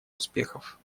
успехов